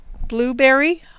Blueberry